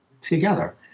together